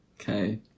Okay